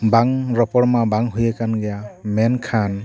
ᱵᱟᱝ ᱨᱚᱯᱚᱲᱢᱟ ᱵᱟᱝ ᱦᱩᱭ ᱟᱠᱟᱱ ᱜᱮᱭᱟ ᱢᱮᱱᱠᱷᱟᱱ